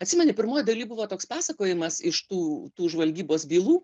atsimeni modelį buvo toks pasakojimas iš tų tų žvalgybos bylų